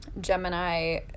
Gemini